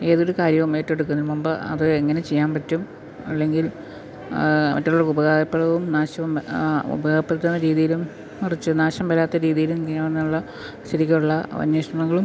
ഏതൊരു കാര്യവും ഏറ്റെടുക്കുന്നതിന് മുൻപ് അത് എങ്ങനെ ചെയ്യാൻ പറ്റും അല്ലെങ്കിൽ മറ്റുള്ളവർക്ക് ഉപകാരപ്രദവും നാശവും ഉപകാരപ്രദമായ രീതിലും മറിച്ച് നാശം വരാത്ത രീതിലും എങ്ങനെയാണെന്നുള്ള ശരിക്കുമുള്ള അന്വേഷണങ്ങളും